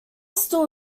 still